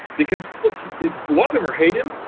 because, look, you love him or hate him.